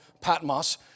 Patmos